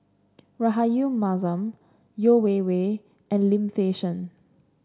Rahayu Mahzam Yeo Wei Wei and Lim Fei Shen